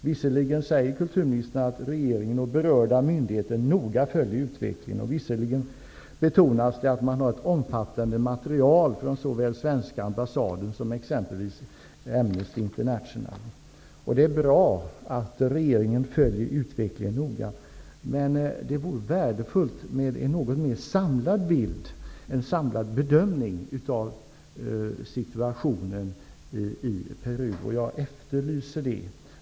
Kulturministern säger visserligen att regeringen och berörda myndigheter noga följer utvecklingen, och visserligen betonas det att man har ett omfattande material från såväl svenska ambassaden som från exempelvis Amnesty Det är bra att regeringen följer utvecklingen noga, men det vore värdefullt med en något mer samlad bild -- en samlad bedömning av situationen i Peru. Jag efterlyser det.